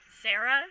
Sarah